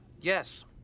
Yes